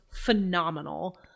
phenomenal